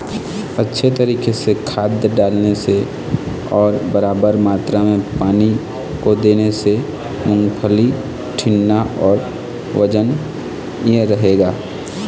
मूंगफली के दाना ठीन्ना होय अउ वजन बढ़ाय बर का करना ये?